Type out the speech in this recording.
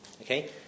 Okay